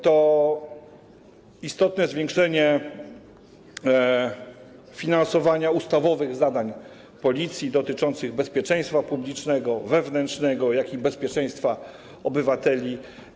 To istotne zwiększenie finansowania ustawowych zadań Policji dotyczących bezpieczeństwa publicznego, wewnętrznego i bezpieczeństwa obywateli.